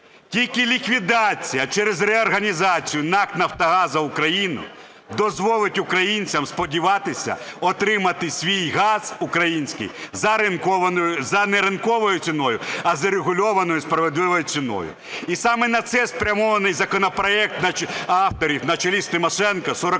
тільки ліквідація через реорганізацію НАК "Нафтогаз України" дозволить українцям сподіватися отримати свій газ, український, за не ринковою ціною, а за регульованою справедливою ціною. І саме на це спрямований законопроект авторів на чолі з Тимошенко 4680,